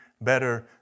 better